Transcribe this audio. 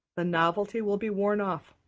the novelty will be worn off.